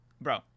bro